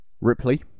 Ripley